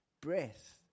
breath